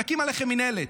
נקים עליכם מינהלת.